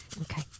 Okay